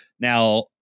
Now